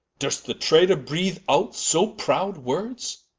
durst the traytor breath out so prowd words?